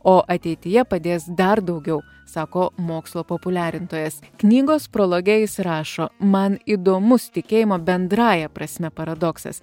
o ateityje padės dar daugiau sako mokslo populiarintojas knygos prologe jis rašo man įdomus tikėjimo bendrąja prasme paradoksas